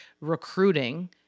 Recruiting